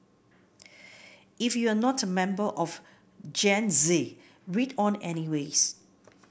if you're not a member of Gen Z read on anyways